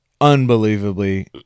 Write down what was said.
unbelievably